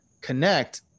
connect